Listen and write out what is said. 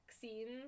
scenes